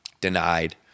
denied